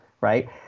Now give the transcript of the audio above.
right